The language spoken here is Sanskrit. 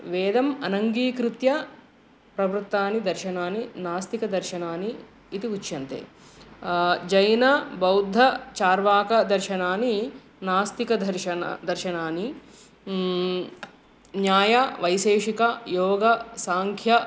वेदम् अनङ्गीकृत्य प्रवृत्तानि दर्शनानि नास्तिकदर्शनानि इति उच्यन्ते जैनबौद्धचार्वाकदर्शनानि नास्तिकदर्शनं दर्शनानि न्यायवैशेशिकयोगसाङ्ख्यम्